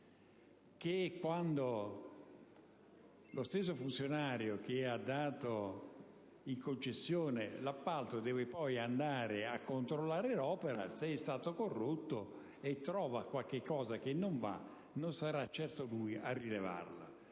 funziona. Lo stesso funzionario che ha dato in concessione l'appalto, infatti, quando deve andare a controllare l'opera, se è stato corrotto e trova qualcosa che non va, non sarà certo lui a rilevarla.